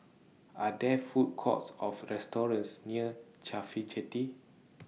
Are There Food Courts of restaurants near Cafhi Jetty